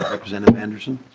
representative anderson.